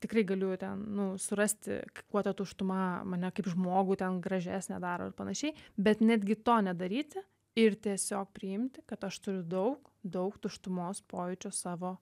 tikrai galiu ten nu surasti kuo ta tuštuma mane kaip žmogų ten gražesnę daro ir panašiai bet netgi to nedaryti ir tiesiog priimti kad aš turiu daug daug tuštumos pojūčio savo